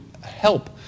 help